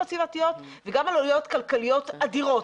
סביבתיות וגם עלויות כלכליות אדירות.